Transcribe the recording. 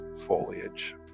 foliage